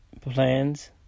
plans